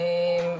נכון.